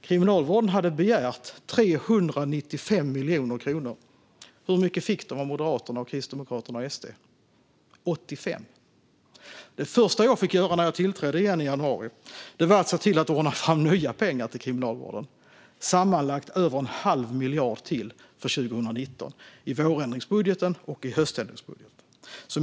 Kriminalvården hade begärt 395 miljoner kronor men fick 85 miljoner av Moderaterna, Kristdemokraterna och Sverigedemokraterna. Det första jag fick göra i januari 2019 var att ordna fram nya pengar till Kriminalvården, sammanlagt över en halv miljard för 2019 i vårändringsbudgeten och i höständringsbudgeten.